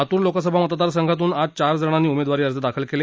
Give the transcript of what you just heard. लातूर लोकसभा मतदारसंघातून आज चार जणांनी उमेदवारी अर्ज दाखल केले